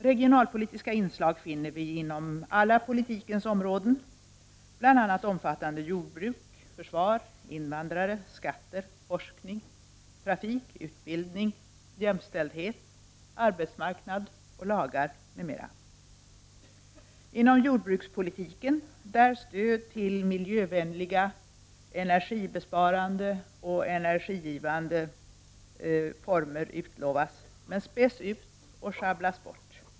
Regionalpolitiska inslag finner vi inom politikens alla områden, bl.a. omfattande jordbruk, försvar, invandrare, skatter, forskning, trafik, utbildning, jämställdhet, arbetsmarknad och lagar m.m. Vi finner dem —- inom jordbrukspolitiken, där stöd till miljövänliga, energisparande och energigivande former utlovas, men späs ut och schabblas bort.